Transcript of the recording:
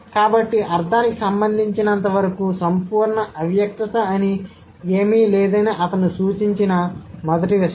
కాబట్టి అర్థానికి సంబంధించినంతవరకు సంపూర్ణ అవ్యక్తత అని ఏమీ లేదని అతను సూచించే మొదటి విషయం